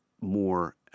more